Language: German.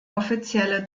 offizielle